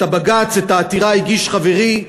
את הבג"ץ, את העתירה, הגיש חברי,